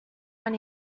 when